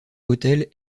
hôtels